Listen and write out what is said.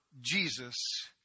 Jesus